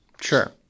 Sure